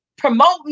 promoting